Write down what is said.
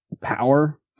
power